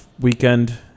weekend